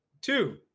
Two